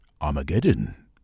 Armageddon